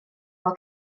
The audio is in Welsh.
fel